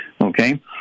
okay